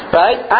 right